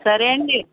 సరే అండి